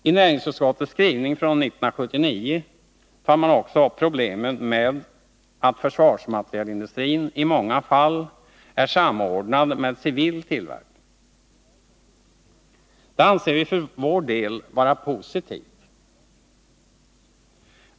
I näringsutskottets skrivning år 1979 tar man också upp problemet med att försvarsmaterielindustrin i många fall är samordnad med civil tillverkning. Det anser vi för vår del vara positivt.